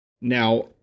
Now